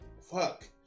Fuck